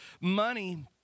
money